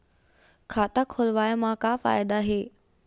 खाता खोलवाए मा का फायदा हे